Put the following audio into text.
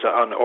on